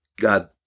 God